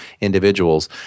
individuals